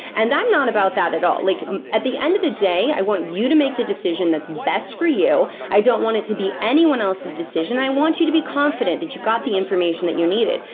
and i'm not about that at all. like at the end of the day, i want you to make the decision that's best for you. i don't want it to be anyone else's decision. i want you to be confident that you got the information you needed.